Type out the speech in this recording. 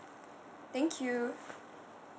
thank you